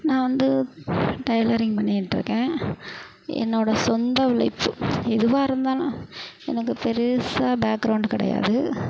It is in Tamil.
நான் வந்து டைலரிங் பண்ணிட்டிருக்கேன் என்னோடய சொந்த உழைப்பு எதுவாக இருந்தாலும் எனக்கு பெரிசா பேக்ரௌண்ட் கிடையாது